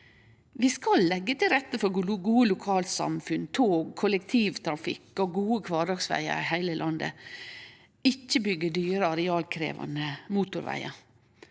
Vi skal leggje til rette for gode lokalsamfunn, tog, kollektivtrafikk og gode kvardagsvegar i heile landet – ikkje byggje dyre, arealkrevjande motorvegar.